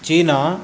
चीना